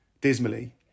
dismally